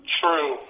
true